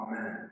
Amen